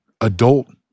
adult